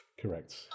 Correct